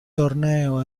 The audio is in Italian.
torneo